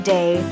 Day